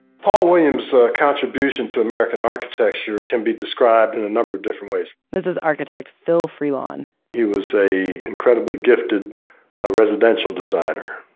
paul williams' contribution to american architecture can be described in a number of different ways this is architect phil freelon he was a incredibly gifted ah residential designer,